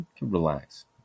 Relax